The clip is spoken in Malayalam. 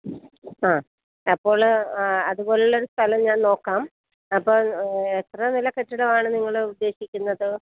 ആ അപ്പോള് അതുപോലെയുള്ളോരു സ്ഥലം ഞാൻ നോക്കാം അപ്പം എത്ര നില കെട്ടിടമാണ് നിങ്ങള് ഉദ്ദേശിക്കുന്നത്